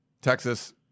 Texas